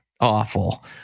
awful